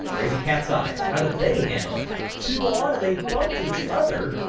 crazy cats eyes. how do they handle it two on and they bumped each other?